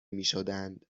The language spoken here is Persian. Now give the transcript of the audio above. میشدند